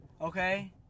Okay